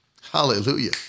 hallelujah